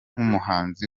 nk’umuhanzi